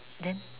then